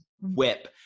whip